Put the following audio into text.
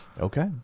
Okay